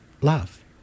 love